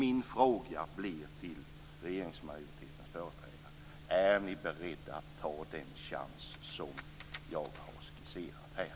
Min fråga till regeringsmajoritetens företrädare blir: Är ni beredda att ta den chans som jag har skisserat här?